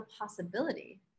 possibility